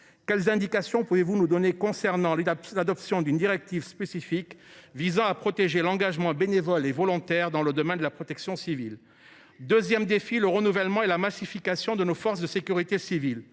quelles indications pouvez vous nous donner quant à l’adoption d’une directive spécifique visant à protéger l’engagement bénévole et volontaire dans le domaine de la protection civile ? Le deuxième défi concerne le renouvellement et la massification de nos forces de sécurité civile.